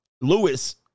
Lewis